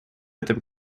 этом